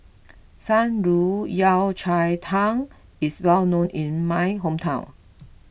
Shan Rui Yao Cai Tang is well known in my hometown